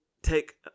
take